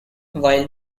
while